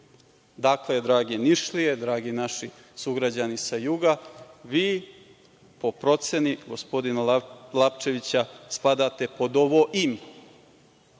Dakle, drage Nišlije, dragi naši sugrađani sa juga, vi po proceni gospodina Lapčevića spadate pod ovo „in“,